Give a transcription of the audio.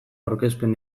aurkezpen